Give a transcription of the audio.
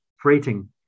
freighting